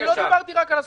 אני לא דיברתי רק על הסכום.